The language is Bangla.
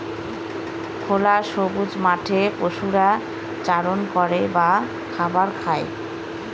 খোলা সবুজ মাঠে পশুরা চারণ করে বা খাবার খায়